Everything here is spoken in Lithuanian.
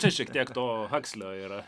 čia šiek tiek to hakslio yra